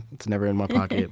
it's never in my pocket.